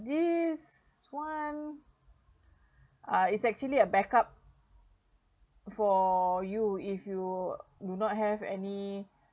this one uh it's actually a backup for you if you do not have any